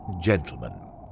gentlemen